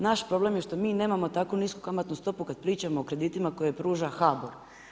Naš problem je što mi nemamo tako nisku kamatnu stopu kad pričamo o kreditima koje pruža HABOR.